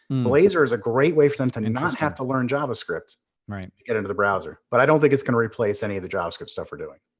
blazor is a great way for them to and and not have to learn javascript to get into the browser. but i don't think it's gonna replace any of the javascript stuff we're doing.